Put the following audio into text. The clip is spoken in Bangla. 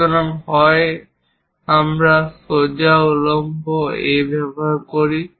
সুতরাং হয় আমরা সোজা উল্লম্ব A ব্যবহার করি